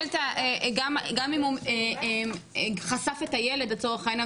גם אם הוא חשף את הילד לצורך העניין,